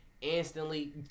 Instantly